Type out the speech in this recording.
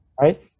Right